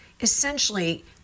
essentially